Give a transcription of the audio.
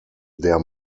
der